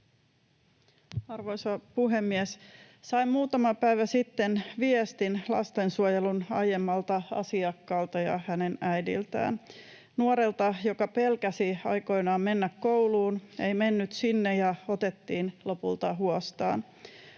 Arvoisa puhemies! Sain muutama päivä sitten viestin lastensuojelun aiemmalta asiakkaalta ja hänen äidiltään — nuorelta, joka pelkäsi aikoinaan mennä kouluun, ei mennyt sinne ja otettiin lopulta huostaan.